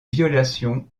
violation